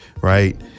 right